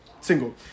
single